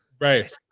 right